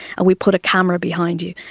and we put a camera behind you.